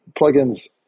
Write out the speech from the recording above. Plugins